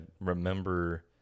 remember